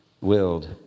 willed